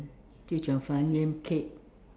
chee-cheong-fun yam cake